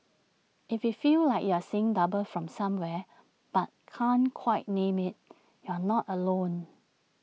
if you feel like you're seeing double from somewhere but can't quite name IT you're not alone